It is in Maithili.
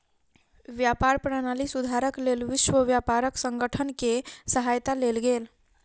व्यापार प्रणाली सुधारक लेल विश्व व्यापार संगठन के सहायता लेल गेल